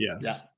Yes